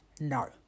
No